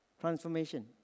transformation